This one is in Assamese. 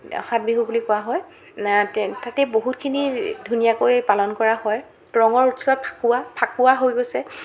সাতবিহু বুলি কোৱা হয় তাতে বহুতখিনি ধুনীয়াকৈ পালন কৰা হয় ৰঙৰ উৎসৱ ফাকুৱা ফাকুৱা হৈ গৈছে